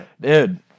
Dude